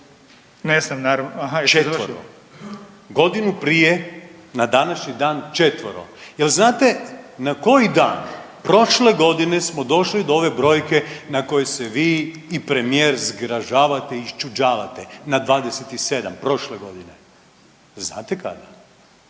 Vilim (Možemo!)** Četvero, godinu prije na današnji dan četvero. Jel znate na koji dan prošle godine smo došli do ove brojke na koje se vi i premijer zgražavate i iščuđavate? Na 27, prošle godine jel znate kada?